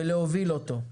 ולהוביל אותו.